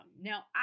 Now